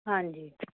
ਹਾਂਜੀ